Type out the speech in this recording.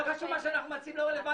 התשע"ט-2019.